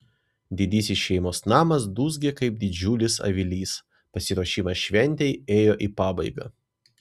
didysis šeimos namas dūzgė kaip didžiulis avilys pasiruošimas šventei ėjo į pabaigą